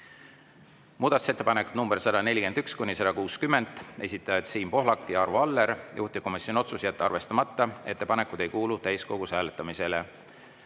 Muudatusettepanekud nr 141–160, esitajad Siim Pohlak ja Arvo Aller. Juhtivkomisjoni otsus: jätta arvestamata. Ettepanekud ei kuulu täiskogus hääletamisele.